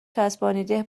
چسبانیده